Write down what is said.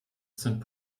sind